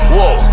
Whoa